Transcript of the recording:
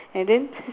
and then